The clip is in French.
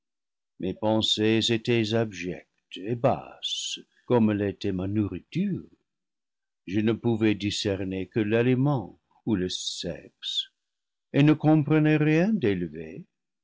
mes pensées étaient abjectes et bas ses comme l'était ma nourriture je ne pouvais discerner que l'aliment ou le sexe et ne comprenais rien d'élevé